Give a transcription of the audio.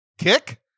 kick